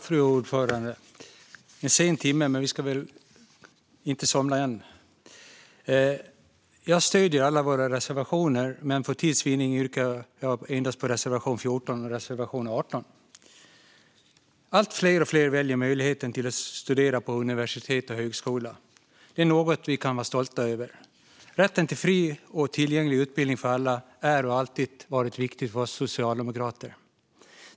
Fru talman! Timmen är sen, men vi ska väl inte somna än. Jag står bakom alla våra reservationer, men för tids vinning yrkar jag bifall endast till reservationerna 14 och 18. Allt fler väljer att studera på universitet och högskola. Det är något vi kan vara stolta över. Rätten till fri och tillgänglig utbildning för alla är och har alltid varit viktig för oss socialdemokrater.